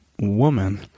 Woman